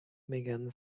megan